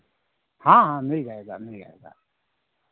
हाँ हाँ मिल जाएगा मिल जाएगा